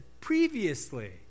previously